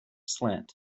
slant